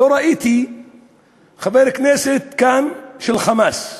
ולא ראיתי כאן חבר כנסת של "חמאס"